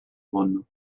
rhône